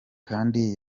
kandi